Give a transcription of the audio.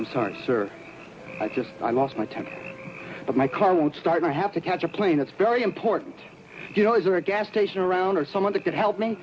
i'm sorry sir i just i lost my temper but my car won't start i have to catch a plane it's very important to know is there a gas station around or someone that can help me